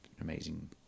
amazing